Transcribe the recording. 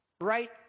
right